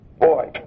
boy